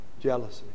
jealousy